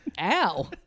ow